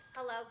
Hello